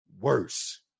worse